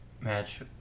match